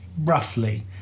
roughly